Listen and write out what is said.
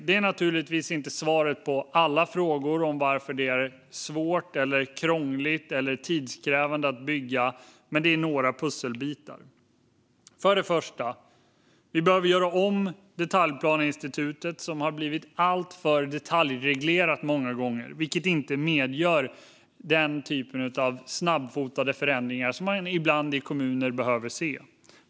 Det är naturligtvis inte svaret på alla frågor om varför det är svårt, krångligt eller tidskrävande att bygga, men det är några pusselbitar. Först och främst behöver vi göra om detaljplaneinstitutet, som har blivit alltför detaljreglerat många gånger. Det medger inte den typen av snabbfotade förändringar man ibland behöver se i kommuner.